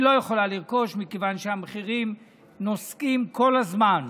מכיוון שהמחירים נוסקים כל הזמן.